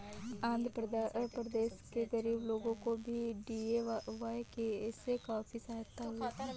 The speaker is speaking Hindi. आंध्र प्रदेश के गरीब लोगों को भी डी.ए.वाय से काफी सहायता हुई है